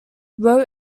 wrote